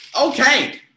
Okay